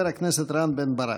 חבר הכנסת רם בן ברק.